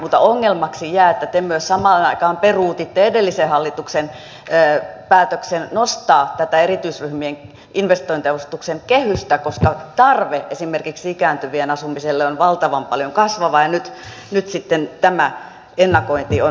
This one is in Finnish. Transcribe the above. mutta ongelmaksi jää että te myös samaan aikaan peruutitte edellisen hallituksen päätöksen nostaa tätä erityisryhmien investointiavustuksen kehystä koska tarve esimerkiksi ikääntyvien asumiselle on valtavan paljon kasvava ja nyt sitten tämä ennakointi on mahdotonta